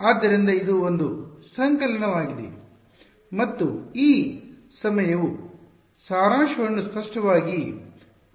ಆದ್ದರಿಂದ ಇದು ಒಂದು ಸಂಕಲನವಾಗಿದೆ ಮತ್ತು ಈ ಸಮಯವು ಸಾರಾಂಶವನ್ನು ಸ್ಪಷ್ಟವಾಗಿ ತೆರೆಯುತ್ತದೆ